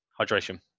hydration